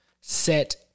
set